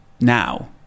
now